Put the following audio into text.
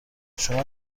شما